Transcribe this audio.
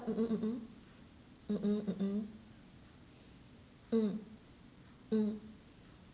mm mm mm mm mm mm mm mm mm mm